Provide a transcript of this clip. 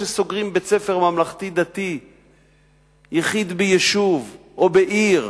שסוגרים בית-ספר ממלכתי-דתי יחיד ביישוב או בעיר,